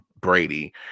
Brady